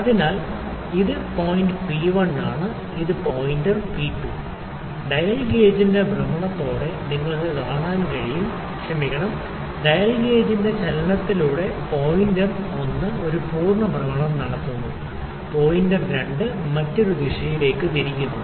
അതിനാൽ ഇത് എന്റെ പോയിന്റ് പി 1 ആണ് ഇത് എന്റെ പോയിന്റർ പി 2 ആണ് ഡയൽ ഗേജിന്റെ ഭ്രമണത്തോടെ നിങ്ങൾക്ക് കാണാൻ കഴിയും ക്ഷമിക്കണം ഡയൽ ഗേജിന്റെ ചലനത്തിലൂടെ പോയിന്റർ ഒന്ന് ഒരു പൂർണ്ണ ഭ്രമണം നടത്തുന്നു പോയിന്റർ രണ്ട് മറ്റൊരു ദിശയിലേക്ക് തിരിക്കുന്നു